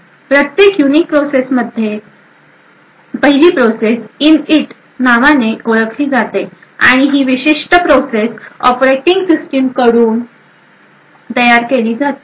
प्रत्येक unique process मध्ये पहिली प्रोसेस Init नावाने ओळखली जाते आणि ही विशिष्ट प्रोसेस ऑपरेटिंग सिस्टिम कडून तयार केली जाते